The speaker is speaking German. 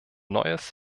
neues